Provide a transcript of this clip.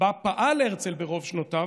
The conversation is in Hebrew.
שבה פעל הרצל ברוב שנותיו,